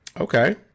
okay